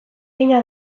egina